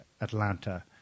Atlanta